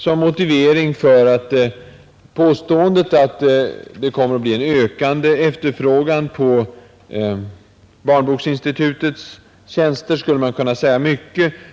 Som motivering för påståendet att det kommer att bli en ökande efterfrågan på Barnboksinstitutets tjänster skulle mycket kunna anföras.